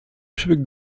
przebiegł